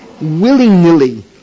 Willy-nilly